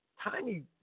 tiny